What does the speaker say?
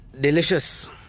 Delicious